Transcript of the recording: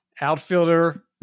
Outfielder